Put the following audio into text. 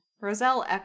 Roselle